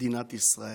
מדינת ישראל,